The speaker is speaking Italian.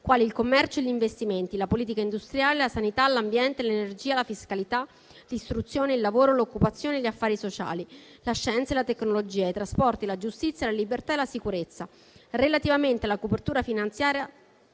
quali il commercio e gli investimenti, la politica industriale, la sanità, l'ambiente, l'energia, la fiscalità, l'istruzione, il lavoro, l'occupazione, gli affari sociali, la scienza e la tecnologia, i trasporti, la giustizia, la libertà e la sicurezza. Relativamente alla copertura finanziaria,